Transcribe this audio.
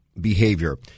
behavior